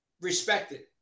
respected